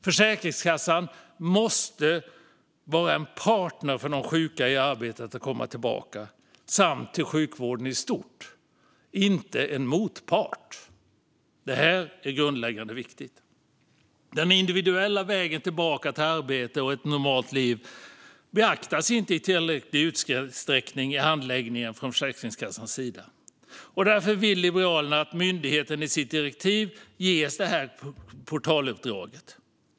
Försäkringskassan måste vara en partner för de sjuka som ska komma tillbaka till arbete och för sjukvården i stort, inte en motpart. Detta är grundläggande och viktigt. Den individuella vägen tillbaka till arbete och ett normalt liv beaktas inte i tillräcklig utsträckning i handläggningen från Försäkringskassans sida. Därför vill Liberalerna att myndigheten i sitt direktiv ges detta portaluppdrag.